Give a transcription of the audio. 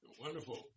Wonderful